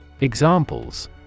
Examples